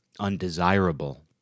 Undesirable